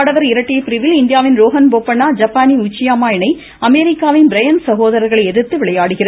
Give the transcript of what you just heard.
ஆடவா் இரட்டையா் பிரிவில் இந்தியாவின் ரோஹன் போபண்ணா ஜப்பானின் உச்சியாமா இணை அமெரிக்காவின் பிரையண்ட் சகோதரர்களை எதிர்த்து விளையாடுகிறது